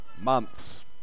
months